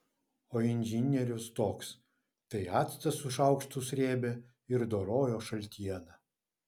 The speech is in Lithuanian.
o inžinierius toks tai actą su šaukštu srėbė ir dorojo šaltieną